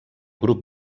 grup